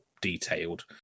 detailed